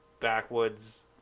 backwoods